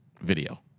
video